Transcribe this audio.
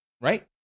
Right